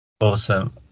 Awesome